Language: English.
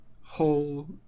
Whole